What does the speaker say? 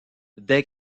des